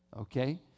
Okay